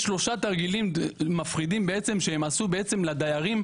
שלושה תרגילים מפחידים שהם עשו לדיירים,